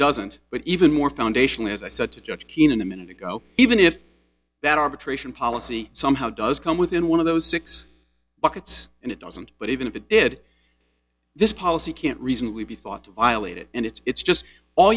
doesn't but even more foundational as i said to judge keenan a minute ago even if that arbitration policy somehow does come within one of those six buckets and it doesn't but even if it did this policy can't reasonably be thought to violate it and it's just all